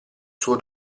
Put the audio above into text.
suo